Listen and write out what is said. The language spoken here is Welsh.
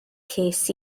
ces